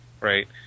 right